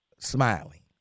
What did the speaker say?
Smiling